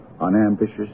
unambitious